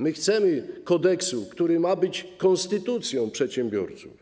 My chcemy kodeksu, który ma być konstytucją przedsiębiorców,